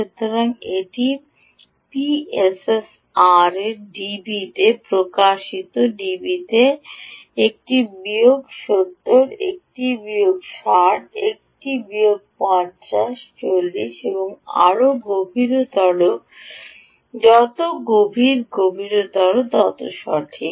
সুতরাং এটি পিএসআরআর ডিবিতে প্রকাশিত ডিবিতে প্রকাশিত এটি বিয়োগ 70 এটি বিয়োগ 60 বিয়োগ 50 বিয়োগ 40 এবং আরও গভীরতর যত গভীর গভীরতর তত সঠিক